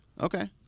Okay